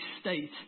state